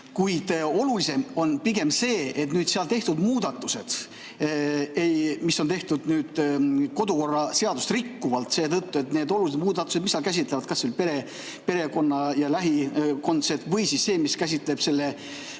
Kuid olulisem on pigem see, et nüüd seal tehtud muudatused on tehtud kodukorraseadust rikkuvalt. Need olulised muudatused, mis seal käsitlevad perekonda ja lähikondseid, või siis see, mis käsitleb